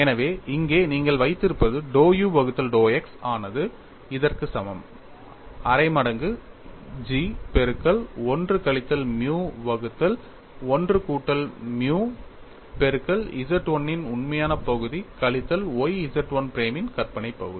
எனவே இங்கே நீங்கள் வைத்திருப்பது dou u வகுத்தல் dou x ஆனது இதற்கு சமம் அரை மடங்கு G பெருக்கல் 1 கழித்தல் மியூ வகுத்தல் 1 கூட்டல் மியூ பெருக்கல் Z 1 இன் உண்மையான பகுதி கழித்தல் y Z 1 பிரைமின் கற்பனை பகுதி